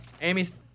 Amy's